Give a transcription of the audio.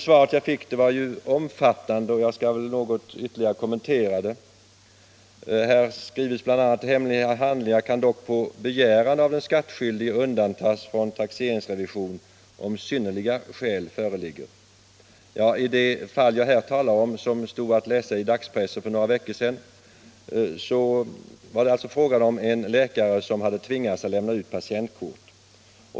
| Svaret jag fick var omfattande, och jag skall något ytterligare kommentera det. Här skrivs bl.a.: ”Hemliga handlingar kan dock på begäran av den skattskyldige undantas från taxeringsrevisionen om synnerliga skäl föreligger.” I det fall jag här talar om, som stod att läsa i dagspressen för några veckor sedan, var det fråga om en läkare som tvingats Jämna ut patientkort.